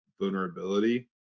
vulnerability